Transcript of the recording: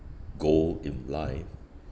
goal in life